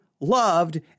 loved